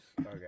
Okay